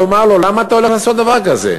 ולומר לו: למה אתה הולך לעשות דבר כזה?